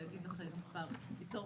מתוך